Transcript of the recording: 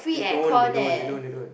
they don't they don't they don't they don't